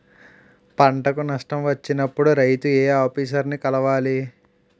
పంటకు నష్టం వచ్చినప్పుడు రైతు ఏ ఆఫీసర్ ని కలవాలి?